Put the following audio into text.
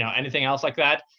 so anything else like that.